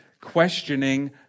questioning